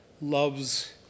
loves